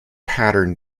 pattern